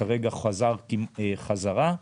וכרגע חזר חזרה,